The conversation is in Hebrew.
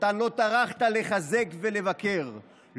שאותן לא טרחת לחזק ולבקר,